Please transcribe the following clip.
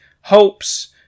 hopes